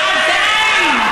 עדיין.